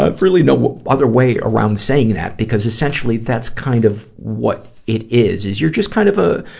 ah really no other way around saying that, because essentially that's kind of what it is, is you're just kind of, ah,